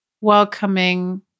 welcoming